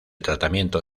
tratamiento